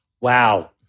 Wow